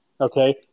Okay